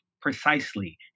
precisely